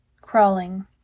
Crawling